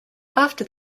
after